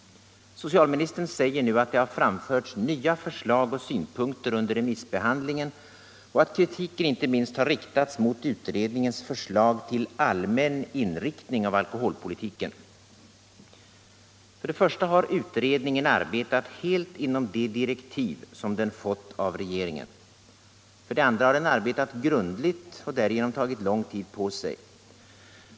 Socialministern säger nu att det har framförts nya förslag och synpunkter under remissbehandlingen och att kritiken inte minst har riktats mot utredningens förslag till allmän inriktning av alkoholpolitiken. För det första har utredningen arbetat helt inom de direktiv som den fått av regeringen. För det andra har den arbetat grundligt och därigenom tagit lång tid på sig.